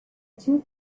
two